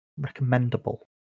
recommendable